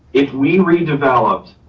if we redeveloped,